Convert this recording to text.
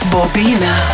Bobina